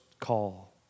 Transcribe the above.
call